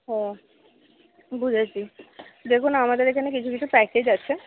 ও বুঝেছি দেখুন আমাদের এখানে কিছু কিছু প্যাকেজ আছে